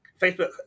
Facebook